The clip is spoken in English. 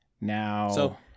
Now